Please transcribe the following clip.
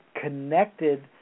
connected